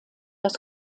das